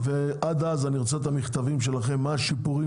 עד אז אני רוצה את המכתבים שלכם מה השיפורים